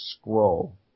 scroll